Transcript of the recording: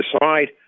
decide